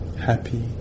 happy